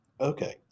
Okay